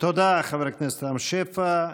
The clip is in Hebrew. תודה, חבר הכנסת רם שפע.